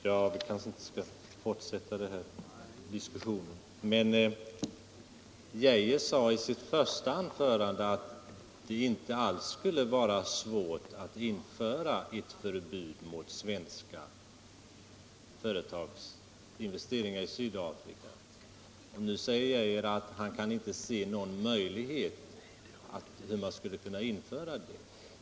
Herr talman! Vi kanske inte skall fortsätta den här diskussionen. Men herr Arne Geijer sade i sitt första anförande att det inte alls skulle vara svårt att införa ett förbud mot svenska företags investeringar i Sydafrika, och nu säger herr Arne Geijer att han inte kan se någon möjlighet att införa ett sådant.